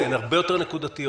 אלא הרבה יותר נקודתיות.